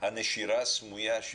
הנשירה הסמויה,